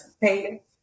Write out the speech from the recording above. pay